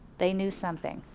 they knew something.